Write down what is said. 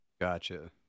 gotcha